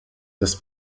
dass